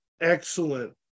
excellent